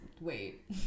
wait